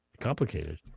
Complicated